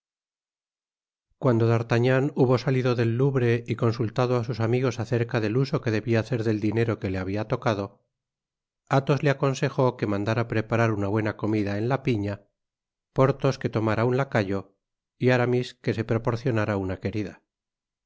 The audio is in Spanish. cuando d'artagnan hubo salido del louvre y consultado á sug amigos acerca del uso que debia hacer del dinero que le habia tocado áthos le aconsejó que mandara preparar una buena comida en la pina porthos que tomara un lacayo y aramis que se proporcionara una querida